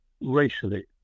racially